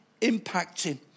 impacting